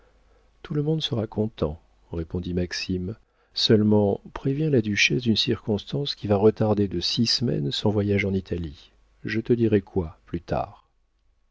tout le monde sera content répondit maxime seulement préviens la duchesse d'une circonstance qui va retarder de six semaines son voyage en italie je te dirai quoi plus tard